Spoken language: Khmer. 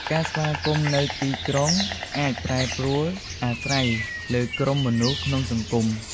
ការស្វាគមន៍ នៅទីក្រុងអាចប្រែប្រួលអាស្រ័យលើក្រុមមនុស្សក្នុងសង្គម។